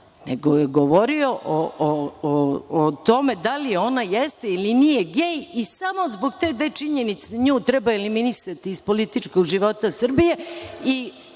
nego je govorio o tome da li je ona, jeste ili nije gej i samo zbog te dve činjenice nju treba eliminisati iz političkog života Srbije.